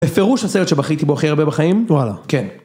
בפירוש הסרט שבכיתי בו הכי הרבה בחיים. וואלה. כן.